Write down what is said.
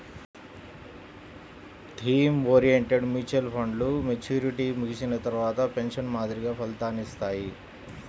theme oriented mutual ఫండ్లు maturity ముగిసిన తర్వాత పెన్షన్ మాదిరిగా ఫలితాలనిత్తాయి